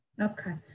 okay